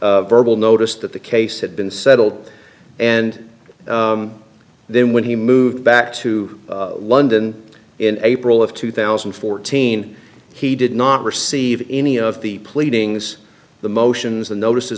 verbal notice that the case had been settled and then when he moved back to london in april of two thousand and fourteen he did not receive any of the pleadings the motions the notices